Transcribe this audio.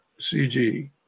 CG